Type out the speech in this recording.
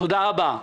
תודה רבה.